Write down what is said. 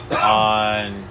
on